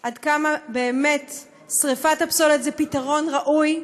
עד כמה באמת שרפת הפסולת זה פתרון ראוי.